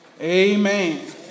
Amen